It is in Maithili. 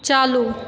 चालू